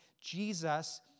Jesus